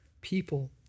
people